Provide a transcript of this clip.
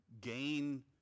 gain